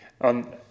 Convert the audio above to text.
on